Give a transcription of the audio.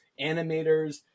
animators